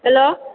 hello